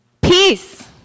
Peace